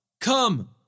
Come